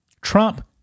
Trump